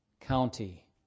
county